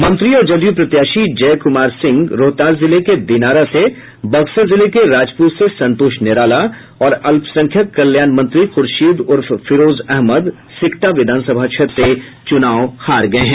मंत्री और जदयू प्रत्याशी जय कुमार सिंह रोहतास जिले के दिनारा से बक्सर जिले के राजपुर से संतोष कुमार निराला और अल्पसंख्यक कल्याण मंत्री खुर्शीद उर्फ फिरोज अहमद सिकटा विधानसभा क्षेत्र से चुनाव हार गये हैं